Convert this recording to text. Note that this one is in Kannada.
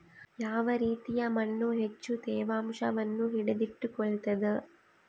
ಯಾವ ರೇತಿಯ ಮಣ್ಣು ಹೆಚ್ಚು ತೇವಾಂಶವನ್ನು ಹಿಡಿದಿಟ್ಟುಕೊಳ್ತದ?